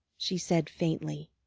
she said faintly.